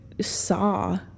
saw